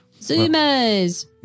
Zoomers